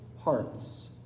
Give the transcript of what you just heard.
hearts